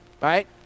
right